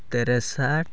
ᱛᱮᱨᱚ ᱥᱟᱴ